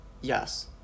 Yes